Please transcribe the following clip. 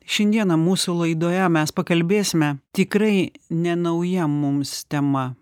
šiandieną mūsų laidoje mes pakalbėsime tikrai ne nauja mums tema